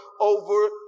over